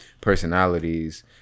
personalities